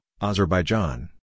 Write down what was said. Azerbaijan